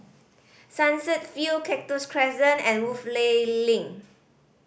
Sunset View Cactus Crescent and Woodleigh Link